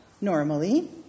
normally